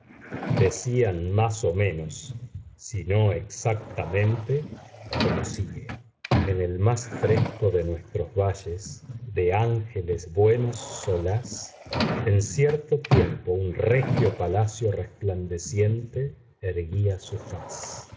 decían más o menos si no exactamente como sigue en el más fresco de nuestros valles de ángeles buenos solaz en cierto tiempo un regio palacio resplandeciente erguía su faz